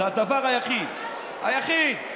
זה הדבר היחיד, היחיד.